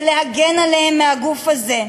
זה להגן עליהם מהגוף הזה,